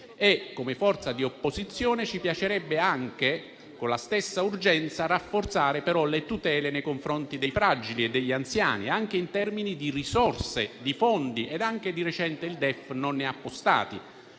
come forza di opposizione, ci piacerebbe rafforzare con la stessa urgenza le tutele nei confronti dei fragili e degli anziani anche in termini di risorse e di fondi (neanche di recente il DEF ne ha appostati).